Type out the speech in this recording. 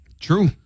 True